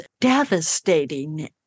devastating